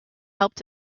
helped